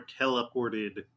teleported